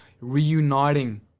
reuniting